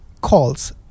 calls